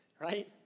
right